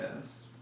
yes